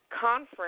conference